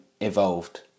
evolved